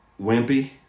wimpy